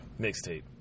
Mixtape